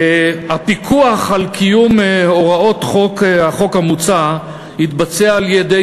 הפיקוח על קיום הוראות החוק המוצע יתבצע על-ידי